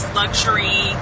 luxury